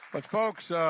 but folks